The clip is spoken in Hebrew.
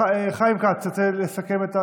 חיים כץ, תרצה לסכם את הדיון?